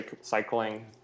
cycling